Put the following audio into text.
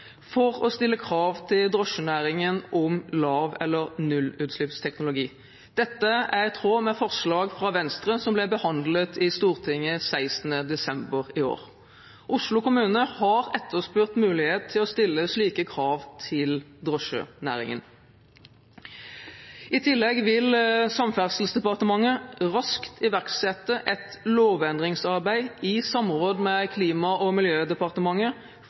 for å stille krav til drosjenæringen om lav- eller nullutslippsteknologi. Dette er i tråd med forslag fra Venstre som ble behandlet i Stortinget den 16. desember i år. Oslo kommune har etterspurt mulighet til å stille slike krav til drosjenæringen. I tillegg vil Samferdselsdepartementet raskt iverksette et lovendringsarbeid i samråd med Klima- og miljødepartementet